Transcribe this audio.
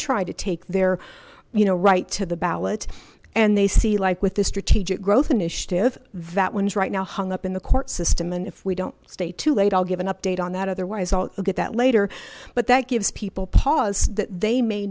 try to take their you know right to the ballot and they see like with the strategic growth initiative that one is right now hung up in the court system and if we don't stay too late i'll give an update on that otherwise i'll get that later but that gives people pause that they may